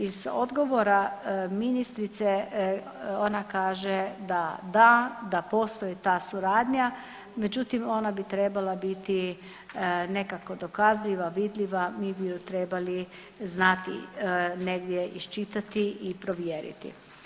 Iz odgovora ministrice, ona kaže da da, da postoji ta suradnja, međutim ona bi trebala biti nekako dokazljiva, vidljiva, mi bi ju trebali znati negdje iščitati i provjeriti.